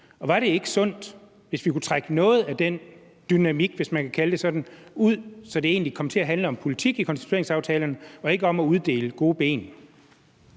Var det ikke sundt, hvis vi kunne trække noget af den dynamik, hvis man kan kalde det sådan, ud, så det egentlig kom til at handle om politik i konstitueringsaftalerne og ikke om at uddele gode ben?